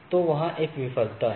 तो वहाँ एक विफलता है